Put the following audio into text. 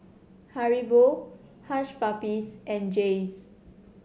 Haribo Hush Puppies and Jays